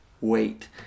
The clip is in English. wait